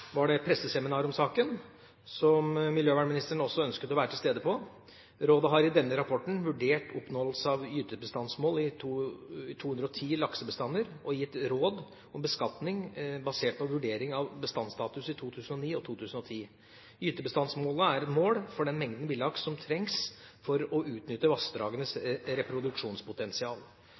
var det presseseminar om saken, som miljøvernministeren også ønsket å være til stede på. Rådet har i denne rapporten vurdert oppnåelse av gytebestandsmål i 210 laksebestander og gitt råd om beskatning basert på vurdering av bestandsstatus i 2009 og 2010. Gytebestandsmålet er et mål for den mengden villaks som trengs for å utnytte vassdragenes reproduksjonspotensial.